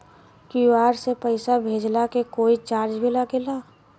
QR से पैसा भेजला के कोई चार्ज भी लागेला?